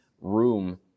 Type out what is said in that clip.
room